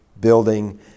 building